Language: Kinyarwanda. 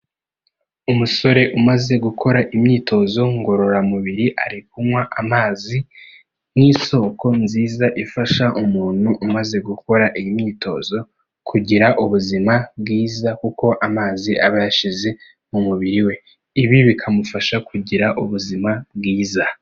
Umusore umaze gukora imyitozo ngororamubiri ari kunywa amazi nk'isoko nziza ifasha umuntu umaze gukora iyi imyitozo kugira ubuzima bwiza kuko amazi aba yashize mu mubiri we, ibi bikamufasha kugira ubuzima bwiza.